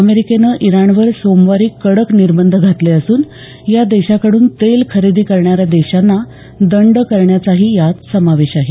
अमेरिकेनं इराणवर सोमवारी कडक निर्बंध घातले असून या देशाकडून तेल खरेदी करणाऱ्या देशांना दंड करण्याचाही यात समावेश आहे